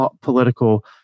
political